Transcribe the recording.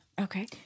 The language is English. Okay